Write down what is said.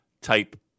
type